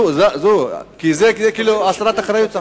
כי זאת כאילו הסרת אחריות.